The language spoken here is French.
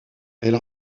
elle